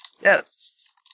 Yes